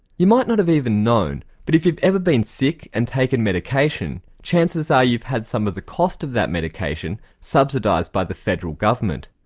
you might not have even known, but if you've ever been sick and taken medication, chances are you've had some of the cost of that medication subsidised by the federal government.